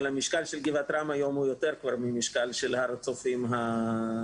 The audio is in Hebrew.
אבל המשקל של גבעת רם הוא יותר ממשקל הר הצופים ההיסטורי,